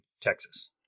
Texas